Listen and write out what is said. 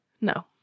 No